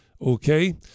Okay